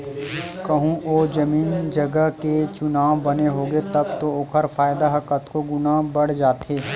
कहूँ ओ जमीन जगा के चुनाव बने होगे तब तो ओखर फायदा ह कतको गुना बड़ जाथे